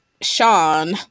sean